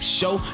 show